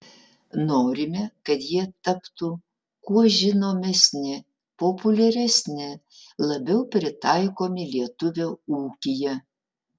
norime kad jie taptų kuo žinomesni populiaresni labiau pritaikomi lietuvio ūkyje